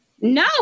No